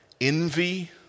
envy